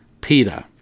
Peter